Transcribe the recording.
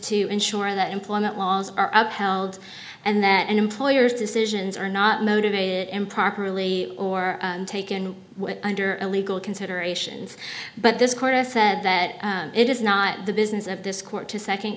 to ensure that employment laws are up held and that an employer's decisions are not motivated improperly or taken under the legal considerations but this court has said that it is not the business of this court to second